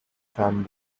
family